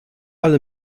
alle